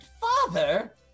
Father